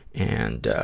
and,